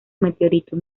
meteoritos